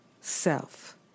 self